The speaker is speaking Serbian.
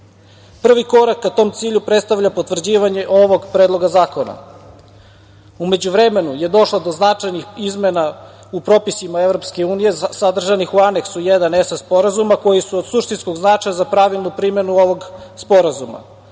Prvi korak ka tom cilju predstavlja potvrđivanje ovog predloga zakona.U međuvremenu je došlo do značajnih izmena u propisima EU sadržanih u aneksu 1. ESAA sporazuma koji su od suštinskog značaja za pravilnu primenu ovog sporazuma.